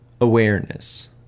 awareness